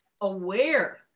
aware